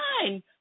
fine